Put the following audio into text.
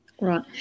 Right